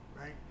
Right